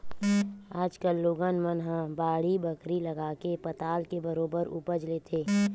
आज कल लोगन मन ह बाड़ी बखरी लगाके पताल के बरोबर उपज लेथे